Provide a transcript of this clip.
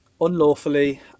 unlawfully